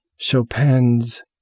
Chopin's